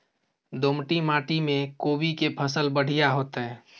दोमट माटी में कोबी के फसल बढ़ीया होतय?